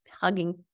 hugging